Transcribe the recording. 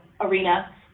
arena